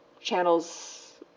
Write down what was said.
channels